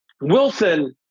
Wilson